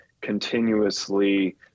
continuously